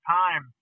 time